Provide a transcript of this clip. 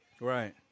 right